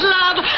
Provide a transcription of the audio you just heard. love